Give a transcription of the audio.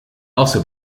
also